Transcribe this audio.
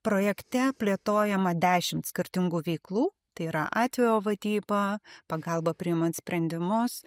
projekte plėtojama dešimt skirtingų veiklų tai yra atvejo vadyba pagalba priimant sprendimus